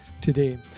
today